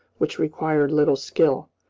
which required little skill.